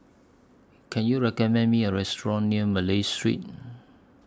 Can YOU recommend Me A Restaurant near Malay Street